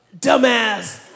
dumbass